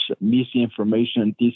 misinformation